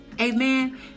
Amen